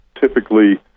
typically